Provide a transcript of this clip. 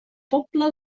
pobla